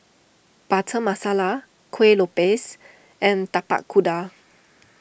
Butter Masala Kueh Lopes and Tapak Kuda